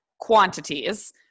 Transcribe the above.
quantities